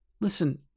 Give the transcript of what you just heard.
Listen